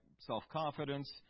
self-confidence